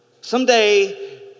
Someday